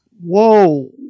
Whoa